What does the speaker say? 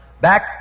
back